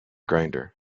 grinder